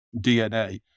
DNA